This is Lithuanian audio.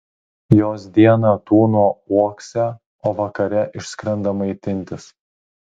jos dieną tūno uokse o vakare išskrenda maitintis